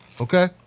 okay